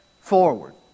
forward